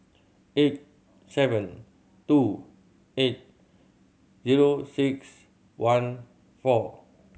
eight seven two eight zero six one four